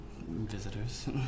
visitors